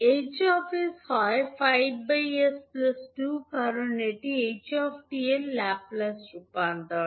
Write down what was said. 𝐻 𝑠 হয় 5 𝑠 2 কারণ এটি h 𝑡 এর ল্যাপ্লেস রূপান্তর